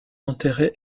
enterré